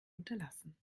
unterlassen